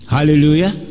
Hallelujah